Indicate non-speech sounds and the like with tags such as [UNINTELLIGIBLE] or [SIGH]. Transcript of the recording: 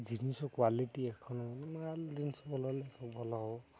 ଜିନିଷ କ୍ଵାଲିଟି [UNINTELLIGIBLE] ଜିନିଷ ଭଲ ହେଲେ ସବୁ ଭଲ ହେବ